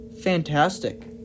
fantastic